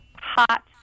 hot